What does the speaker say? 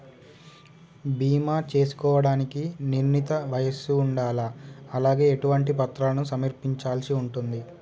బీమా చేసుకోవడానికి నిర్ణీత వయస్సు ఉండాలా? అలాగే ఎటువంటి పత్రాలను సమర్పించాల్సి ఉంటది?